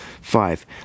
Five